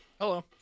Hello